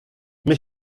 mes